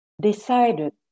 decided